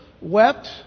wept